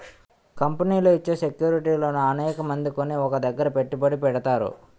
కంపెనీలు ఇచ్చే సెక్యూరిటీలను అనేకమంది కొని ఒక దగ్గర పెట్టుబడి పెడతారు